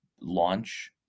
launch